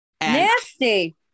Nasty